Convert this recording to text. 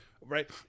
right